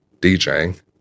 DJing